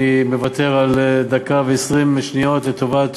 אני מוותר על דקה ו-20 שניות לטובת